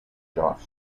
joss